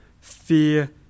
fear